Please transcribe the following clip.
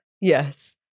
Yes